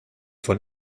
von